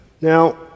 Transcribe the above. Now